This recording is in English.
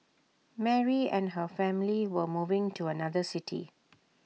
Mary and her family were moving to another city